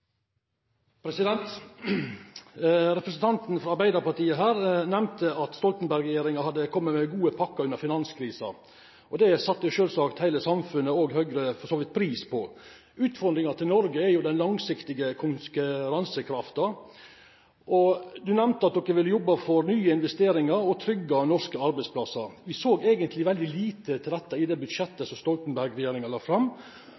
replikkordskifte. Representanten frå Arbeidarpartiet nemnde at Stoltenberg-regjeringa hadde kome med gode pakker under finanskrisa. Dette sette sjølvsagt heile samfunnet og Høgre for så vidt pris på. Utfordringa til Noreg er den langsiktige konkurransekrafta, og representanten nemnde at dei vil jobba for nye investeringar og tryggja norske arbeidsplasser. Me så eigentleg veldig lite til dette i det budsjettet som Stoltenberg-regjeringa la fram.